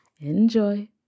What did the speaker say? Enjoy